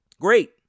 great